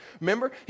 Remember